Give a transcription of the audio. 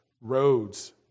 roads